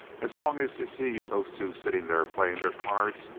as long as he sees those two sitting there playing their cards,